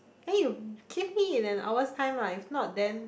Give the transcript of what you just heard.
then you give me in an hour's time lah if not then